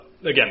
again